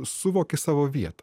suvoki savo vietą